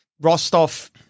Rostov